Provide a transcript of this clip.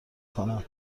کنم